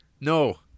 No